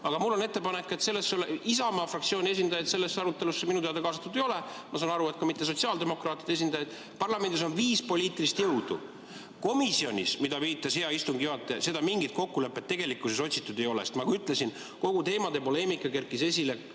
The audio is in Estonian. Aga mul on ettepanek. Isamaa fraktsiooni esindajaid sellesse arutelusse minu teada kaasatud ei ole, ma saan aru, et ka mitte sotsiaaldemokraatide esindajaid. Parlamendis on viis poliitilist jõudu. Komisjonis, nagu viitas hea istungi juhataja, mingit kokkulepet tegelikkuses otsitud ei ole. Nagu ma ütlesin, kogu teemade poleemika kerkis esile